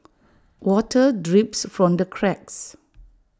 water drips from the cracks